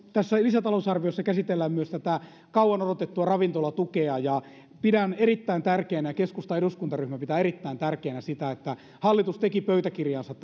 tässä lisätalousarviossa käsitellään myös tätä kauan odotettua ravintolatukea ja pidän erittäin tärkeänä ja keskustan eduskuntaryhmä pitää erittäin tärkeänä sitä että hallitus teki pöytäkirjaansa